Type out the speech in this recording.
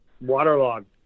waterlogged